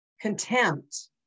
contempt